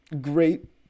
great